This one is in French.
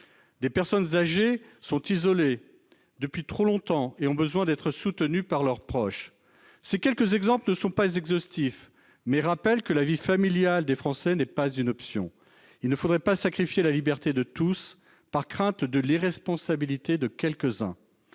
des personnes âgées sont isolées depuis trop longtemps et ont besoin d'être soutenues par leurs proches. Ces quelques exemples ne sont pas exhaustifs, mais rappellent que la vie familiale des Français n'est pas une option. Il ne faudrait pas sacrifier la liberté de tous par crainte de l'irresponsabilité de quelques-uns.